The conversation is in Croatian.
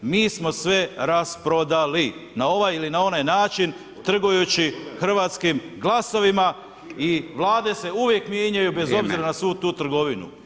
Mi smo sve rasprodali, na ovaj ili na onaj način trgujući hrvatskim glasovima i vlade se uvijek mijenjaju bez obzira na svu tu trgovinu.